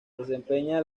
desempeñar